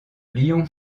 lion